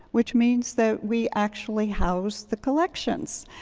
which means that we actually house the collections.